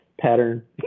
pattern